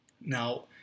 Now